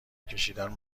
کشیدن